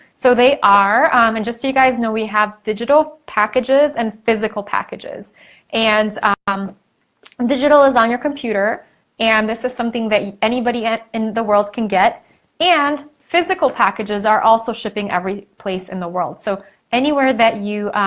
so they are and just so you guys know, we have digital packages and physical packages and um um digital is on your computer and this is something that anybody in the world can get and physical packages are also shipping every place in the world. so anywhere that you,